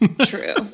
True